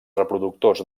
reproductors